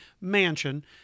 mansion